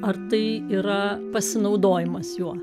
ar tai yra pasinaudojimas juo